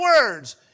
words